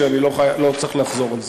שאני לא צריך לחזור על זה: